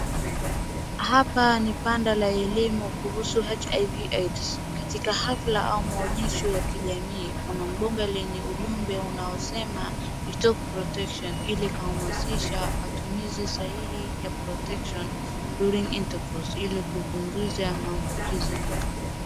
Hapa ni panda la elimu kuhusu HIV-AIDS. Katika hafla au maonyesho ya kijamii. Kuna mbunge lenye ujumbe unaosema sema we talk protection hili kuhamasisha matumizi sahihi ya protection during intercourse ilikupunguza maambukizi.